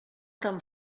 tan